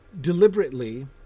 deliberately